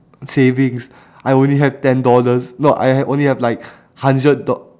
savings I only have ten dollars no I have only have like hundred dol~